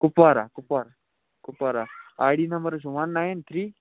Kupwara Kupwar Kupwara I D number حظ چھُ one nine three